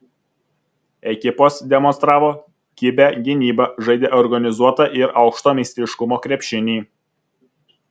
ekipos demonstravo kibią gynybą žaidė organizuotą ir aukšto meistriškumo krepšinį